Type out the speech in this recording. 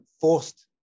forced